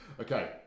Okay